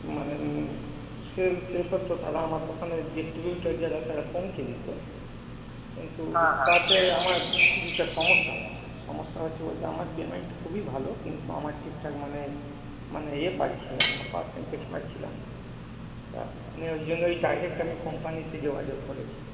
মানে সেল সে করতো তারা আমার দোকানে ডিস্ট্রিবিউটর যারা তারা পৌঁছে দিতো কিন্তু তাতে আমার কিছুটা সমস্যা হচ্ছে সমস্যা হচ্ছে বলতে আমার পেমেন্ট খুবই ভালো কিন্তু আমার ঠিকঠাক মানে মানে ইয়ে পাচ্ছিলাম না পার্সেন্টেজ পাচ্ছিলাম না তা আপনি ওই জন্য ওই ডাইরেক্ট আমি কোম্পানিতে যোগাযোগ করেছি